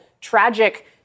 tragic